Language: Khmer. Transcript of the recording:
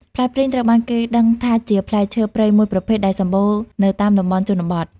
ផ្លែព្រីងត្រូវបានគេដឹងថាជាផ្លែឈើព្រៃមួយប្រភេទដែលសម្បូរនៅតាមតំបន់ជនបទ។